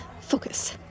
focus